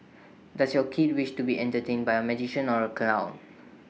does your kid wish to be entertained by A magician or A clown